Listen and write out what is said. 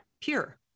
pure